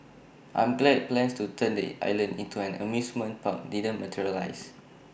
I'm glad plans to turn the island into an amusement park didn't materialise